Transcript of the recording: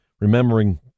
remembering